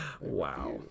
Wow